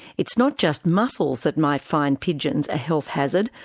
it's not just mussels that might find pigeons a health hazard.